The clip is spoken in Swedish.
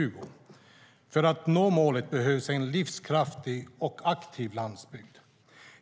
För att nå målet behövs en livskraftig och aktiv landsbygd.